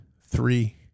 three